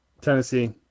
Tennessee